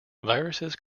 viruses